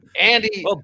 Andy